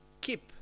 keep